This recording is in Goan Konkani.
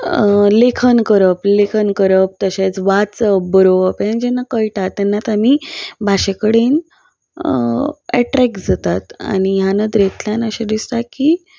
लेखन करप लेखन करप तशेंच वाचप बरोवप हे जेन्ना कळटा तेन्नाच आमी भाशे कडेन एट्रॅक्ट जातात आनी ह्या नदरेंतल्यान अशें दिसता की